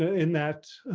in that,